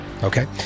Okay